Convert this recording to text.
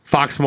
Fox